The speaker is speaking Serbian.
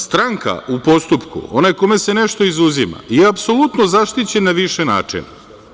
Stranka u postupku, onaj kome se nešto izuzima je apsolutno zaštićena na više načina.